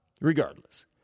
regardless